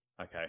Okay